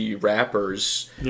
rappers